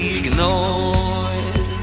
ignored